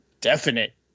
definite